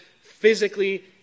physically